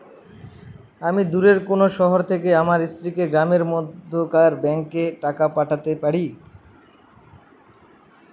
আমি দূরের কোনো শহর থেকে আমার স্ত্রীকে গ্রামের মধ্যেকার ব্যাংকে টাকা পাঠাতে পারি?